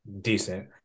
decent